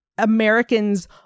Americans